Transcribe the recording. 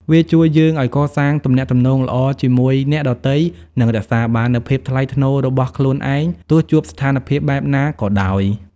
វាជួយយើងឱ្យកសាងទំនាក់ទំនងល្អជាមួយអ្នកដទៃ និងរក្សាបាននូវភាពថ្លៃថ្នូររបស់ខ្លួនឯង ទោះជួបស្ថានភាពបែបណាក៏ដោយ។